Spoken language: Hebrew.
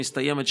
המסתיימת,